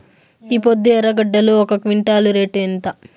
ఈపొద్దు ఎర్రగడ్డలు ఒక క్వింటాలు రేటు ఎంత?